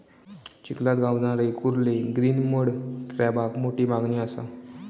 चिखलात गावणारे कुर्ले ग्रीन मड क्रॅबाक मोठी मागणी असा